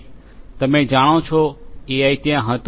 તમે જાણો છો એઆઈ ત્યાં હતું